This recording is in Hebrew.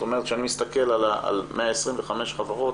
כשאני מסתכל על 125 חברות,